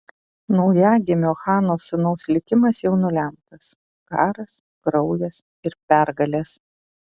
naujagimio chano sūnaus likimas jau nulemtas karas kraujas ir pergalės